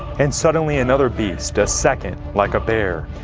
and suddenly another beast, a second, like a bear.